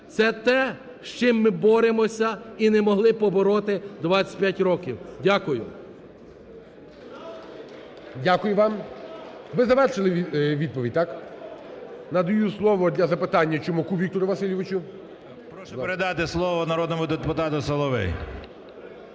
Це те, з чим боремося і не могли побороти 25 років. Дякую. ГОЛОВУЮЧИЙ. Дякую вам. Ви завершили відповідь, так? Надаю слово для запитання Чумаку Віктору Васильовичу. 10:44:02 ЧУМАК В.В. Прошу передати слово народному депутату Соловей.